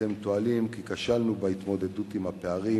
אתם טוענים כי כשלנו בהתמודדות עם הפערים,